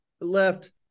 Left